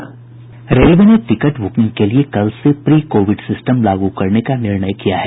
railway ने ticket booking के लिए कल से प्री कोविड सिस्टम लागू करने का निर्णय लिया है